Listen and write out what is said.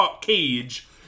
cage